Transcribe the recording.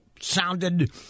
sounded